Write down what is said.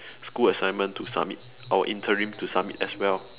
school assignment to submit our interim to submit as well